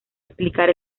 explicar